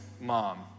mom